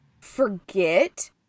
forget